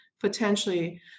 potentially